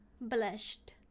blushed